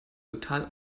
total